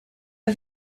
are